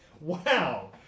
Wow